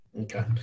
okay